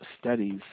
studies